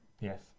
Yes